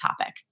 topic